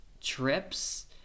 trips